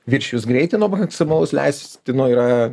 viršijus greitį nuo maksimalaus leistino yra